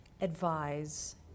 advise